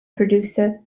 producer